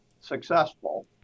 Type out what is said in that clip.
successful